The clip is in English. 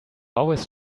always